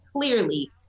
clearly